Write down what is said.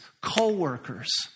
co-workers